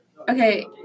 okay